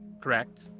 correct